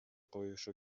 коюшу